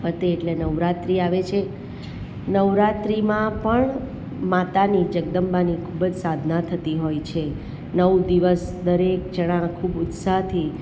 પતે એટલે નવરાત્રિ આવે છે નવરાત્રિમાં પણ માતાની જગદંબાની ખૂબ જ સાધના થતી હોય છે નવ દિવસ દરેક જણા ખૂબ ઉત્સાહથી